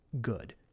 good